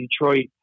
Detroit